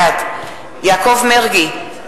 בעד יעקב מרגי,